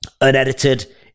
unedited